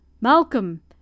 malcolm